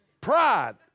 Pride